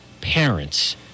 parents